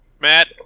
Matt